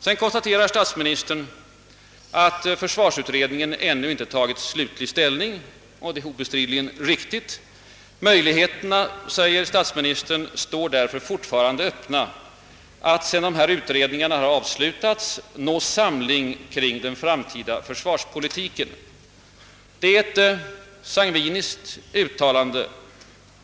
Sedan konstaterar statsministern att försvarsutredningen ännu inte tagit slutlig ställning, och det är obestridligen riktigt. Möjligheterna, säger statsministern, står därför fortfarande öppna att sedan dessa utredningar har avslutats nå samling kring den framtida försvarspolitiken, Det är ett sangviniskt uttalande;